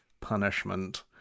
punishment